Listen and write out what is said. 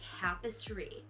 tapestry